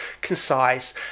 concise